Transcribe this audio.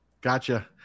Gotcha